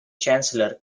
chancellor